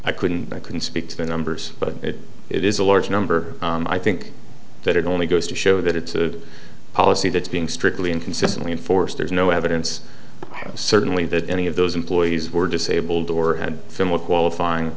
i couldn't i couldn't speak to the numbers but it is a large number i think that it only goes to show that it's a policy that's being strictly inconsistently enforced there's no evidence certainly that any of those employees were disabled or had similar qualifying